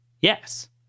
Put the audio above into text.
Yes